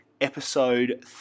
episode